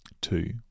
two